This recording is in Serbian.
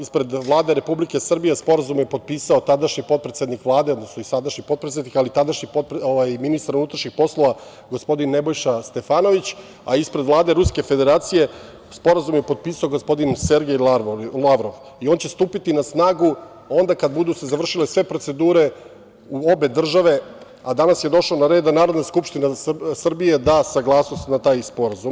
Ispred Vlade Republike Srbije sporazum je potpisao tadašnji i sadašnji potpredsednik Vlade, tadašnji ministar unutrašnjih poslova, gospodin Nebojša Stefanović, a ispred Vlade Ruske Federacije Sporazum je potpisao Sergej Lavrov i on će stupiti na snagu kada se budu završile sve procedure u obe države, a danas je došlo na red da Narodna skupština Srbije da saglasnost na taj sporazum.